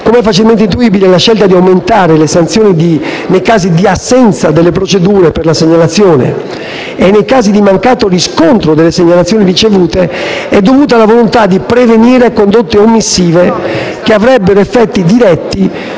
Come è facilmente intuibile, la scelta di aumentare le sanzioni nei casi di assenza delle procedure per la segnalazione e nei casi di mancato riscontro delle segnalazioni ricevute è dovuta alla volontà di prevenire condotte omissive che avrebbero effetti diretti